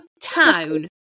town